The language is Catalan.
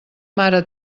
mare